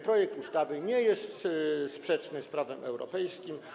Projekt ustawy nie jest sprzeczny z prawem europejskim.